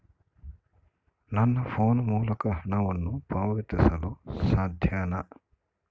ನನ್ನ ಫೋನ್ ಮೂಲಕ ಹಣವನ್ನು ಪಾವತಿಸಲು ಸಾಧ್ಯನಾ?